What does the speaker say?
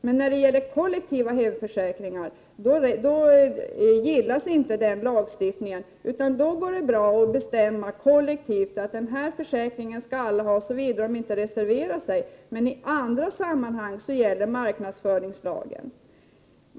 Men när det gäller kollektiva hemförsäkringar gillas inte den lagstiftningen, utan då går det bra att bestämma kollektivt att alla skall ha en viss försäkring såvida de inte reserverar sig. Men i andra sammanhang gäller marknadsföringslagen.